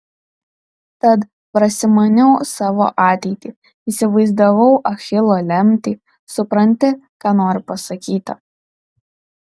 tad prasimaniau savo ateitį įsivaizdavau achilo lemtį supranti ką noriu pasakyti